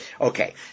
Okay